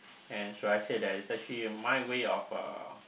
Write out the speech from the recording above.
and should I say that is actually my way of uh